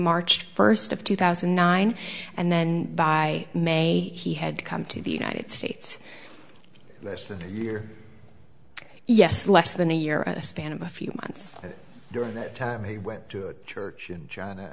march first of two thousand and nine and then by may he had come to the united states less than a year yes less than a year and a span of a few months during that time he went to church and